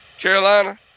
Carolina